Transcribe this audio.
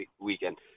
weekend